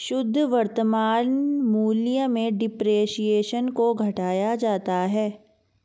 शुद्ध वर्तमान मूल्य में डेप्रिसिएशन को घटाया जाता है